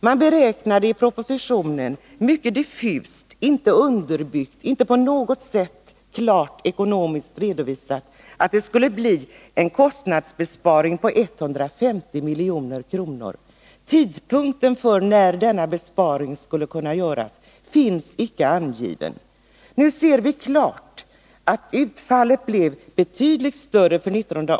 Man beräknade i propositionen — det var inte underbyggt och inte på något sätt klart redovisat ekonomiskt utan mycket diffust — att sänkningen skulle medföra en kostnadsbesparing på 150 milj.kr. Den tidpunkt vid vilken denna besparing beräknades ha gjorts finns inte angiven. Nu ser vi klart att utfallet blev ett betydligt större antal ansökningar än normalt.